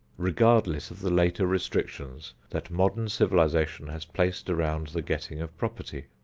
regardless of the later restrictions that modern civilization has placed around the getting of property.